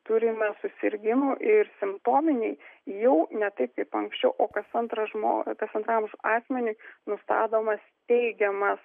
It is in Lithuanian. turime susirgimų ir simptominiai jau ne taip kaip anksčiau o kas antrą žmo kas antram asmeniui nustatomas teigiamas